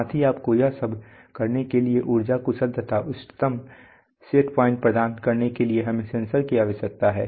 साथ ही आपको यह सब करने के लिए ऊर्जा कुशल तथा इष्टतम सेट पॉइंट प्रदान करने के लिए हमें सेंसर की आवश्यकता है